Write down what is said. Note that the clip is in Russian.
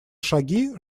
шаги